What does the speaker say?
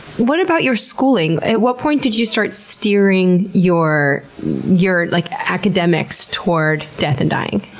what about your schooling? at what point did you start steering your your like academics toward death and dying?